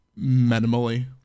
minimally